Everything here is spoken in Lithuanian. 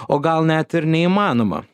o gal net ir neįmanoma